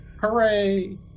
hooray